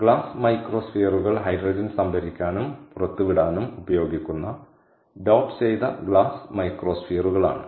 glass മൈക്രോസ്ഫിയറുകൾ hydrogen സംഭരിക്കാനും പുറത്തുവിടാനും ഉപയോഗിക്കുന്ന ഡോപ്പ് ചെയ്ത ഗ്ലാസ് മൈക്രോസ്ഫിയറുകളാണ്